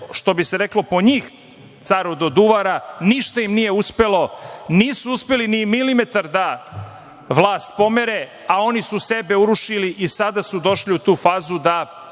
što bi se reklo, kod njih – caru do duvara. Tako da im ništa nije uspelo. Nisu uspeli ni milimetar da vlast pomere, a oni su sebe urušili i sada su došli u tu fazu da